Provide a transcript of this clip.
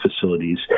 facilities